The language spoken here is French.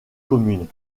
communes